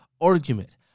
argument